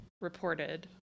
reported